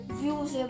views